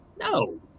No